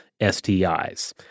STIs